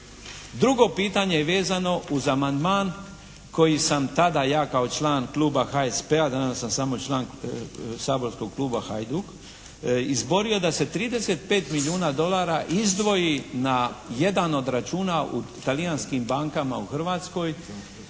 Drugo pitanje je vezano uz amandman koji sam ja tada kao član kluba HSP-a danas sam samo član saborskog kluba Hajduk izborio da se 35 milijuna dolara izdvoji na jedan od računa u talijanskim bankama u Hrvatskoj